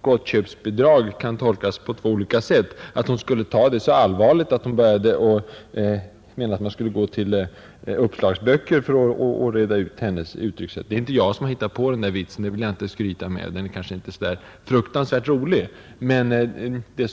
”gottköpsbidrag” kan tolkas på två olika sätt, så allvarligt att hon menade att man skulle gå till uppslagsböcker för att reda ut hennes uttryckssätt. Det är inte jag som har hittat på vitsen — det vill jag inte skryta med — och den kanske inte är så förfärligt rolig heller.